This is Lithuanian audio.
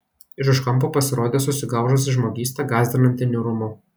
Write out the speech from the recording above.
iš už kampo pasirodė susigaužusi žmogysta gąsdinanti niūrumu